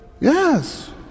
Yes